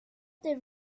det